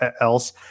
else